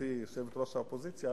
גברתי יושבת-ראש האופוזיציה,